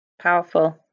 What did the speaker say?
Powerful